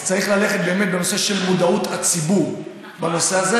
צריך ללכת בנושא של מודעות הציבור בנושא הזה,